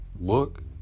look